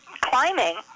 climbing